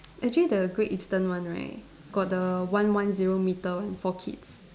actually the Great Eastern one right got the one one zero metre one for kids